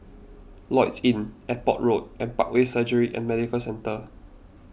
Lloyds Inn Airport Road and Parkway Surgery and Medical Centre